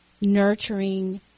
nurturing